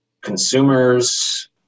consumers